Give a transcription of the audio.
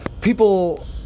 people